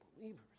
believers